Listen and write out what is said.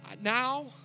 Now